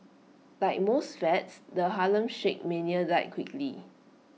like most fads the Harlem shake mania died quickly